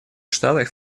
штатах